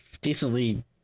decently